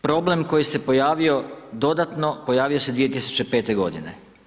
Problem koji se pojavio dodatno, pojavio se 2005. godine.